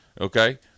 okay